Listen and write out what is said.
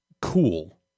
cool